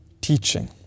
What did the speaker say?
teaching